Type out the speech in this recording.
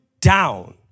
down